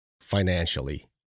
financially